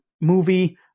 movie